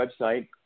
website